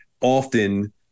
often